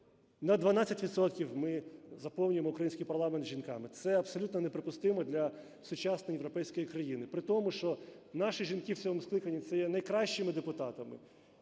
ми заповнюємо український парламент жінками. Це абсолютно неприпустимо для сучасної європейської країни, при тому, що наші жінки в цьому скликанні – це є найкращими депутатами.